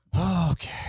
Okay